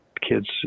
kids